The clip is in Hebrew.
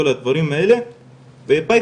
כל הדברים האלה ופייטון,